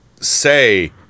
say